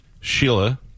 Sheila